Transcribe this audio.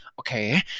Okay